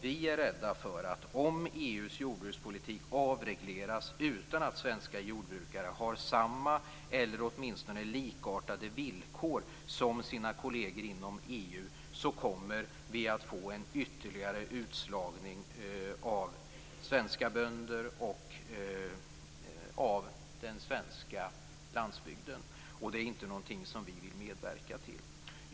Vi är rädda för att om EU:s jordbrukspolitik avregleras utan att svenska jordbrukare har samma eller åtminstone likartade villkor som sina kolleger inom EU, kommer vi att få en ytterligare utslagning av svenska bönder och av den svenska landsbygden. Det är inte någonting som vi vill medverka till.